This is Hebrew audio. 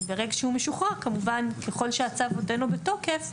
ברגע שהוא משוחרר, כמובן ככל שהצו עודנו בתוקף,